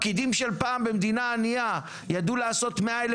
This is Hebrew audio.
הפקידים של פעם במדינה ענייה ידעו לעשות 100,000